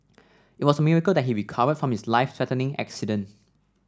it was a miracle that he recovered from his life threatening accident